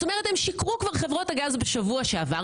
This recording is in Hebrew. זאת אומרת שהם שיקרו כבר בשבוע שעבר.